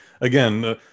again